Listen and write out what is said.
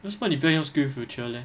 为什么你不要用 SkillsFuture leh